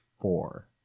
four